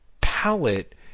palette